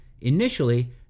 Initially